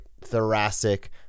thoracic